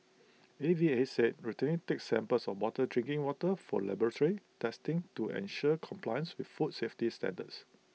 A V A said routinely takes samples of bottled drinking water for laboratory testing to ensure compliance with food safety standards